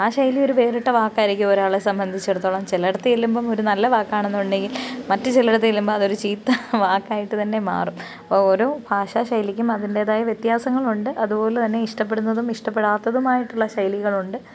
ആ ശൈലി ഒരു വേറിട്ട വാക്കായിരിക്കും ഒരാളെ സംബധിച്ചിടത്തോളം ചിലയിടത്ത് ചെല്ലുമ്പം ഒരു നല്ല വാക്കാണെന്നുണ്ടെങ്കിൽ മറ്റ് ചിലയിടത്ത് ചെല്ലുമ്പ അതൊര് ചീത്ത വാക്കായിട്ട്തന്നെ മാറും ഓരോ ഭാഷാ ശൈലിക്കും അതിൻ്റെതായ വ്യത്യാസങ്ങളുണ്ട് അതുപോലെതന്നെ ഇഷ്ട്ടപെടുന്നതും ഇഷ്ട്ടപെടാത്തതുമായിട്ടുള്ള ശൈലികളുണ്ട്